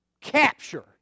capture